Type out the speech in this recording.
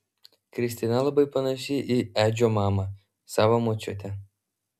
kristina labai panaši į edžio mamą savo močiutę